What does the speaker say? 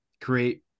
Create